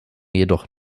jedoch